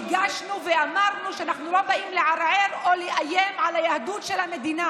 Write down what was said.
הדגשנו ואמרנו שאנחנו לא באים לערער או לאיים על היהדות של המדינה.